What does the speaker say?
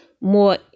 more